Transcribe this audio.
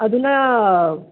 अधुना